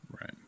Right